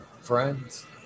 friends